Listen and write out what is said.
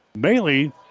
Bailey